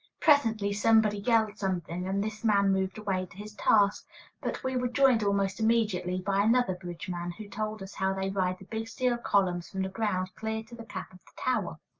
presently somebody yelled something, and this man moved away to his task but we were joined almost immediately by another bridge-man, who told us how they ride the big steel columns from the ground clear to the cap of the tower.